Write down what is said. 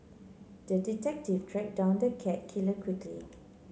the detective tracked down the cat killer quickly